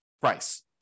price